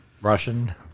Russian